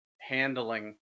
handling